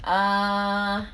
uh